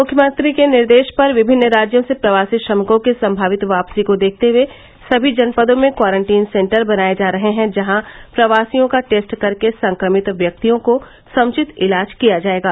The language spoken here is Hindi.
मुख्यमंत्री के निर्देश पर विभिन्न राज्यों से प्रवासी श्रमिकों की संमावित वापसी को देखते हए सभी जनपदों में क्वारेंटीन सेन्टर बनाये जा रहे हैं जहां प्रवासियों का टेस्ट करके संक्रमित व्यक्ति को समुचित इलाज किया जायेगा